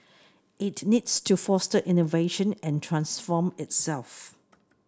it needs to foster innovation and transform itself